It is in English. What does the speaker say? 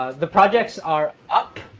the projects are up.